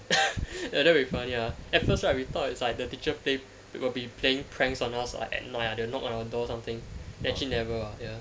ya that would be funny ah at first right we thought it's like the teacher will be playing pranks on us like at night they will knock on our doors or something then actually never uh